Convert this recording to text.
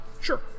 sure